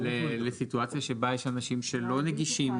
לסיטואציה שבה יש אנשים שלא נגישים